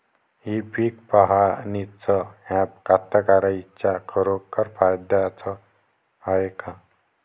इ पीक पहानीचं ॲप कास्तकाराइच्या खरोखर फायद्याचं हाये का?